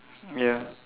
ya